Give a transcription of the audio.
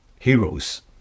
Heroes